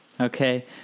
okay